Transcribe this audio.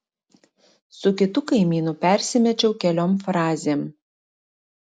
su kitu kaimynu persimečiau keliom frazėm